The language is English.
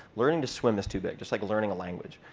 learning to swim is too big, just like learning a language.